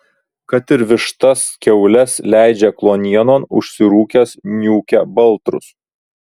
kad ir vištas kiaules leidžia kluonienon užsirūkęs niūkia baltrus